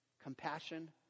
Compassion